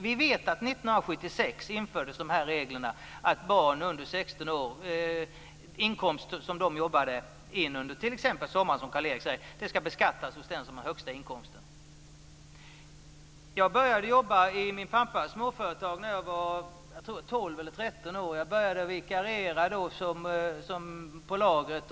Vi vet att år 1976 infördes reglerna att inkomster som barn under 16 år arbetar in under t.ex. sommaren ska beskattas hos den som har högsta inkomsten. Jag började jobba i min pappas småföretag när jag var tolv tretton år. Jag började med att vikariera på lagret.